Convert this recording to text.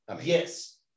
Yes